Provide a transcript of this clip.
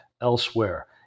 elsewhere